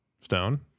Stone